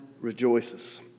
rejoices